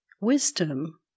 wisdom